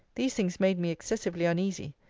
these things made me excessively uneasy.